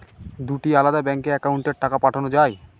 দুটি আলাদা ব্যাংকে অ্যাকাউন্টের টাকা পাঠানো য়ায়?